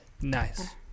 Nice